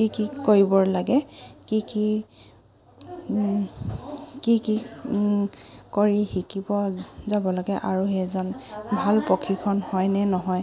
কি কি কৰিব লাগে কি কি কি কি কৰি শিকিব যাব লাগে আৰু সেইজন ভাল প্ৰশিক্ষণ হয়নে নহয়